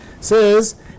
says